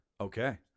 okay